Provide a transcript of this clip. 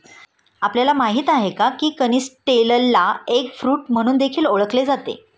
आपल्याला माहित आहे का? की कनिस्टेलला एग फ्रूट म्हणून देखील ओळखले जाते